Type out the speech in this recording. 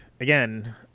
again